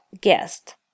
guest